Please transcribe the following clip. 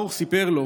ברוך סיפר לו